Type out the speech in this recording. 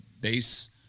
base